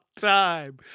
time